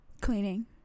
Cleaning